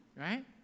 right